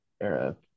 era